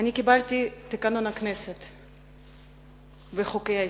קיבלתי את תקנון הכנסת ואת חוקי-היסוד.